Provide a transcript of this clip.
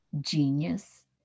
genius